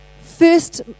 First